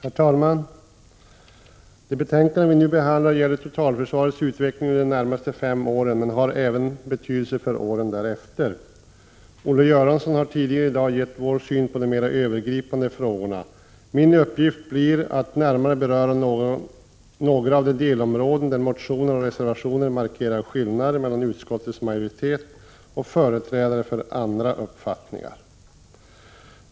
Herr talman! Det betänkande vi nu behandlar gäller totalförsvarets utveckling under de närmaste fem åren men har även betydelse för åren därefter. Olle Göransson har tidigare i dag gett vår syn på de mer övergripande frågorna. Min uppgift blir att närmare beröra några av de delområden där motioner och reservationer markerar skillnader mellan utskottets majoritet och företrädare för andra uppfattningar.